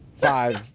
five